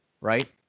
right